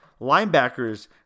Linebackers